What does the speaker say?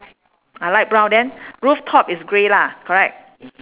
ah light brown then rooftop is grey lah correct